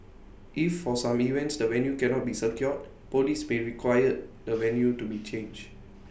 if for some events the venue cannot be secured Police may require the venue to be changed